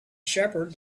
shepherd